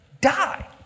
die